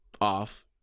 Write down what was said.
off